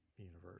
universe